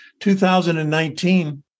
2019